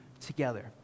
together